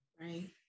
Right